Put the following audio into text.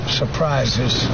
surprises